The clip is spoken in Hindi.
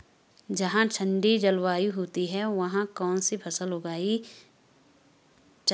जहाँ ठंडी जलवायु होती है वहाँ कौन सी फसल उगानी चाहिये?